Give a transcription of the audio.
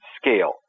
scale